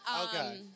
Okay